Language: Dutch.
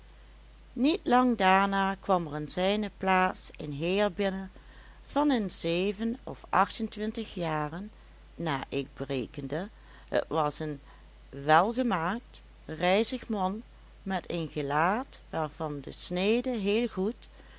niet lang daarna kwam er in zijne plaats een heer binnen van een zevenof achtentwintig jaren naar ik berekende het was een welgemaakt rijzig man met een gelaat waarvan de snede heel goed